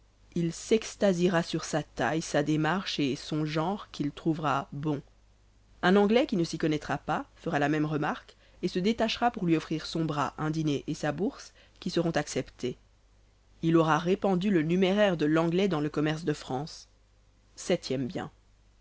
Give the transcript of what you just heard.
il s'extasiera sur sa taille sa démarche et son genre qu'il trouvera bon un anglais qui ne s'y connaîtra pas fera la même remarque et se détachera pour lui offrir son bras un dîner et sa bourse qui seront acceptés il aura répandu le numéraire de l'anglais dans le commerce de france septième bien